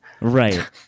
Right